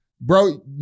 bro